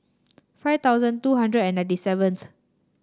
five thousand two hundred and ninety seventh